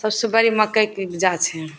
सभसे बड़ी मकइके उपजा छै